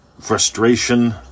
frustration